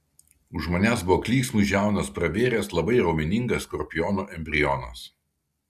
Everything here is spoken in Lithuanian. už manęs buvo klyksmui žiaunas pravėręs labai raumeningas skorpiono embrionas